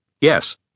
Yes